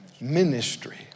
ministry